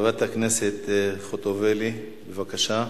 חברת הכנסת חוטובלי, בבקשה.